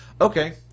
okay